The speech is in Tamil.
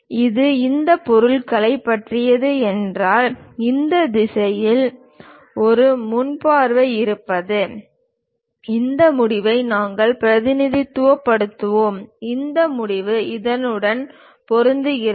இது இந்த பொருளைப் பற்றியது என்றால் இந்த திசையில் ஒரு முன் பார்வை இருப்பது இந்த முடிவை நாங்கள் பிரதிநிதித்துவப்படுத்துவோம் இந்த முடிவு இதனுடன் பொருந்துகிறது